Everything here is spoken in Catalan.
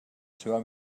seva